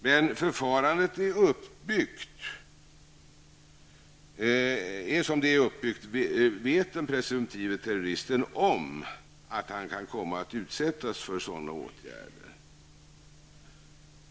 Men som förfarandet är uppbyggt vet den presumtive terroristen om att han kan komma att utsättas för sådana åtgärder.